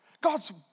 God's